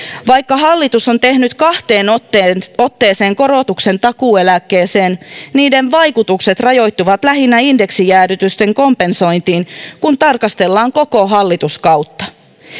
vaikka hallitus on tehnyt kahteen otteeseen otteeseen korotuksen takuueläkkeeseen niiden vaikutukset rajoittuvat lähinnä indeksijäädytysten kompensointiin kun tarkastellaan koko hallituskautta